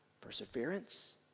Perseverance